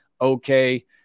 okay